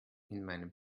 meinem